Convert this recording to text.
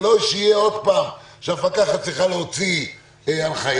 ולא שיהיה עוד פעם שהמפקחת צריכה להוציא הנחייה.